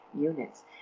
units